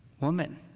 Woman